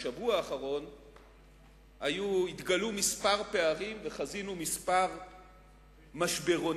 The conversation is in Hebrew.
בשבוע האחרון התגלו כמה פערים וחזינו כמה משברונים.